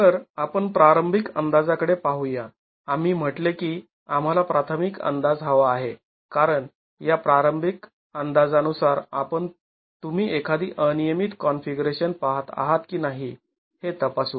तर आपण प्रारंभिक अंदाजाकडे पाहूया आम्ही म्हटले की आम्हाला प्राथमिक अंदाज हवा आहे कारण या प्रारंभिक अंदाजानुसार आपण तुम्ही एखादी अनियमित कॉन्फिगरेशन पहात आहात की नाही हे तपासू